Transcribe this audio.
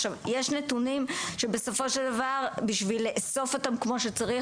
עכשיו יש נתונים שבסופו של דבר בשביל לאסוף אותם כמו שצריך,